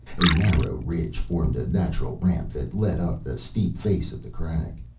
a narrow ridge formed a natural ramp that led up the steep face of the crag.